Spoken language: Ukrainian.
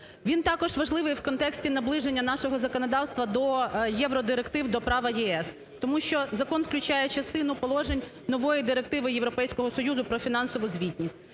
Він також важливий в контексті наближення нашого законодавства до євродиректив до права ЄС, тому що закон включає частину положень нової директиви Європейського Союзу про фінансову звітність.